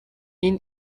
این